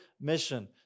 mission